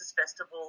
Festival